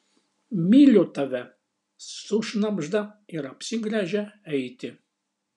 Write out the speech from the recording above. myliu tave sušnabžda ir apsigręžia eiti